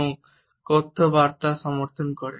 এবং কথ্য বার্তা সমর্থন করে